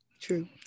True